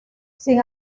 sin